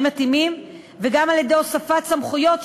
מתאימים וגם על-ידי הוספת סמכויות,